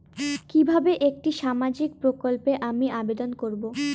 কিভাবে একটি সামাজিক প্রকল্পে আমি আবেদন করব?